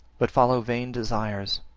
but follow vain desires.